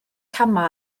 camau